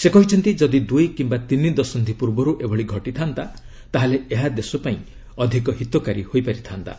ସେ କହିଛନ୍ତି ଯଦି ଦୁଇ କିମ୍ବା ତିନି ଦଶନ୍ଧି ପୂର୍ବରୁ ଏଭଳି ଘଟିଥାନ୍ତା ତା'ହେଲେ ଏହା ଦେଶ ପାଇଁ ଅଧିକ ହିତକାରୀ ହୋଇପାରିଥାନ୍ତା